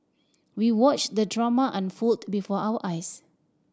we watched the drama unfold before our eyes